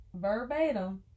verbatim